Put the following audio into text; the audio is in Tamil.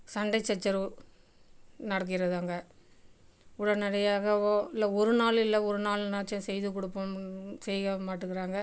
சண்டை சச்சரவு நடக்கிறது அங்கே உடனடியாகவோ இல்லைல ஒரு நாள் இல்லை ஒரு நாள்னாச்சும் செய்து கொடுப்போம் செய்ய மாட்டங்கிறாங்க